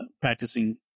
practicing